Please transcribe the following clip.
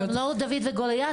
זה כמו דויד וגוליית,